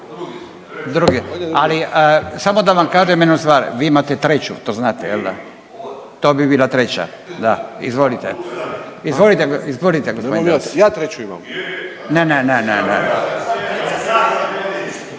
drugi, ali samo da vam kažem jednu stvar, vi imate treću to znate jel da? To bi bila treća, da. Izvolite. Izvolite g. Deur.